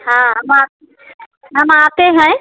हाँ हम आ हम आते हैं